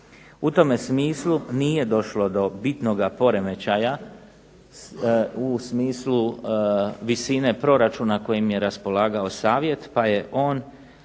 U tome smislu nije došlo do bitnoga poremećaja u smislu visine proračuna kojim je raspolagao Savjet pa je on